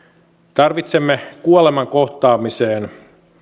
tarvitsemme kuoleman kohtaamiseen